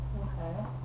okay